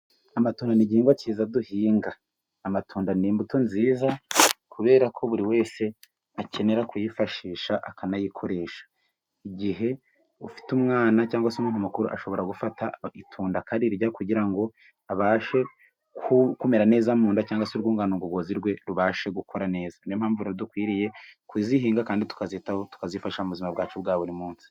Amatunda ni igihingwa cyiza duhinga. Amatunda ni imbuto nziza kubera ko buri wese akenera kuyifashisha akanayakoresha. Igihe afite umwana, cyangwa se umun amakuru ashobora gufata itunda akarirya kugira ngo abashe kumera neza mu nda, cyangwa se urwugano ngogozi rwe rubashe gukora neza. Niyo mpamvu rero dukwiriye kuzihinga, kandi tukazitaho kuko tuzifasha mu buzima bwacu bwa buri munsi.